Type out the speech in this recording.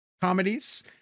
comedies